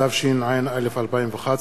התשע"א 2011,